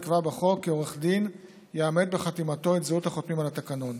נקבע בחוק כי עורך דין יאמת בחתימתו את זהות החותמים על התקנות.